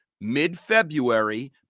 mid-February